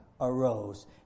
arose